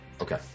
Okay